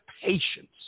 patience